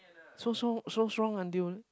so so so strong until